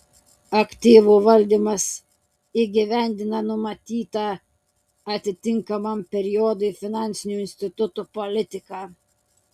aktyvų valdymas įgyvendina numatytą atitinkamam periodui finansinių institutų politiką